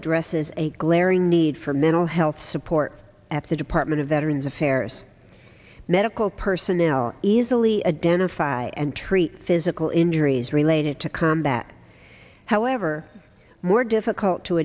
addresses a glaring need for mental health support after department of veterans affairs medical personnel easily a dinner fire and treat physical injuries related to combat however more difficult to